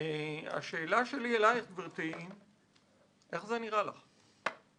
איך זה נראה לך?